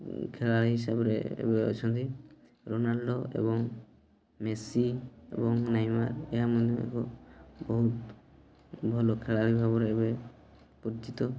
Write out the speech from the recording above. ଖେଳାଳି ହିସାବରେ ଏବେ ଅଛନ୍ତି ରୋନାଲଡ଼ୋ ଏବଂ ମେସି ଏବଂ ନାଇମା ଏହା ମଧ୍ୟ ଏକ ବହୁତ ଭଲ ଖେଳାଳି ଭାବରେ ଏବେ ପରିଚିତ